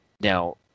Now